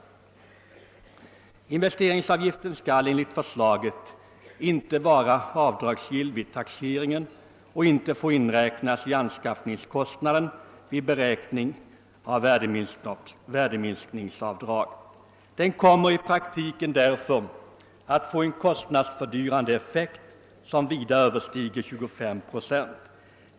Investeringsavgiften skall enligt förslaget inte vara avdragsgill vid taxering och får inte inräknas i anskaffningskostnaden vid beräkning av värdeminskningsavdragen. Den kommer därför i praktiken att få en kostnadsfördyrande effekt som vida överstiger 25 procent.